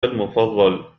المفضل